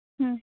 ᱦᱩᱸ